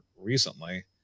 recently –